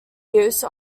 use